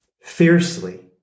Fiercely